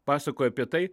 pasakojo apie tai